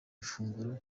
ifunguro